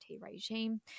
regime